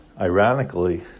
ironically